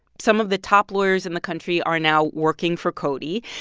some of the top lawyers in the country are now working for cody.